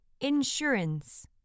insurance